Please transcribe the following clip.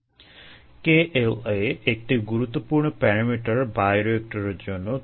KLa একটি গুরুত্বপূর্ণ parameter বায়োরিয়েক্টরের জন্য